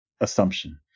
assumption